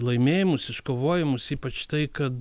laimėjimus iškovojimus ypač tai kad